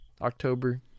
october